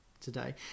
today